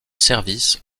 service